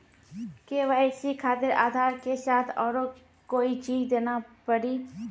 KYC खातिर आधार के साथ औरों कोई चीज देना पड़ी?